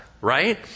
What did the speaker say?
right